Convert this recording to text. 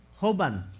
Hoban